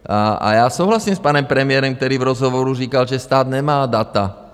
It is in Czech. A já souhlasím s panem premiérem, který v rozhovoru říkal, že stát nemá data.